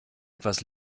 etwas